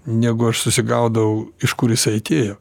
negu aš susigaudau iš kur jisai atėjo